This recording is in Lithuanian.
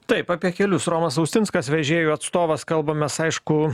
taip apie kelius romas austinskas vežėjų atstovas kalbamės aišku